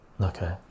Okay